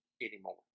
anymore